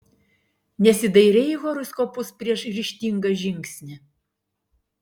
nesidairei į horoskopus prieš ryžtingą žingsnį